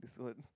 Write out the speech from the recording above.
this one